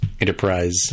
enterprise